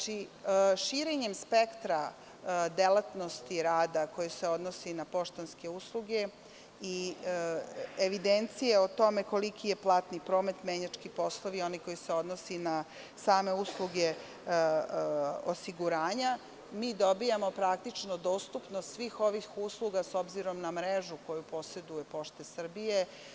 Širenjem spektra delatnosti rada koji se odnosi na poštanske usluge i evidencije o tome koliki je platni promet, menjački poslovi, onaj koji se odnosi na same usluge osiguranja, mi dobijamo praktično dostupnost svih ovih usluga s obzirom na mrežu koju poseduju pošte Srbije.